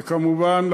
וכמובן,